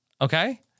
Okay